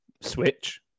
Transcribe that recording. switch